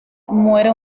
muere